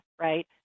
right